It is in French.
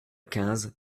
quinze